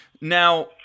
Now